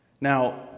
Now